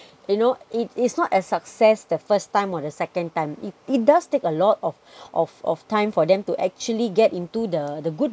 you know it it's not as success the first time or the second time it does take a lot of of of time for them to actually get into the the good